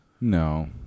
No